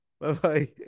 Bye-bye